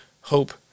hope